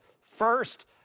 First